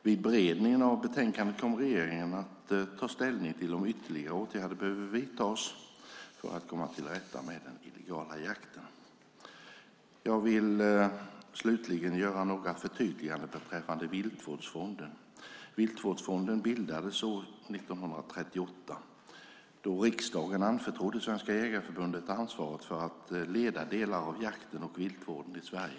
Vid beredningen av betänkandet kommer regeringen att ta ställning till om ytterligare åtgärder behöver vidtas för att komma till rätta med den illegala jakten. Jag vill slutligen göra några förtydliganden beträffande Viltvårdsfonden. Viltvårdsfonden bildades år 1938 då riksdagen anförtrodde Svenska Jägareförbundet ansvaret för att leda delar av jakten och viltvården i Sverige.